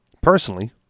personally